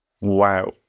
Wow